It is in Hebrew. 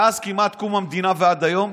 מאז כמעט קום המדינה ועד היום,